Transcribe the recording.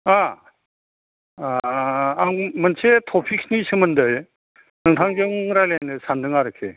अ अ आं मोनसे टपिकनि सोमोन्दै नोंथांजों रायज्लायनो सान्दों आरोखि